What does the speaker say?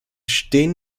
stehen